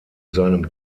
seinem